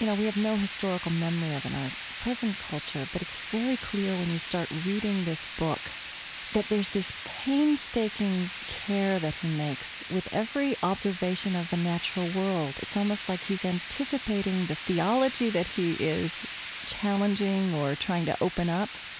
you know we have no historical memory of in our present culture. but it's very clear when you start reading this book that there's this painstaking care that he makes with every observation of the natural world. it's almost like he's anticipating the theology that he is challenging or trying to open up.